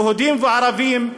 יהודים וערבים,